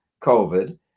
COVID